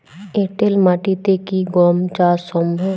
এঁটেল মাটিতে কি গম চাষ সম্ভব?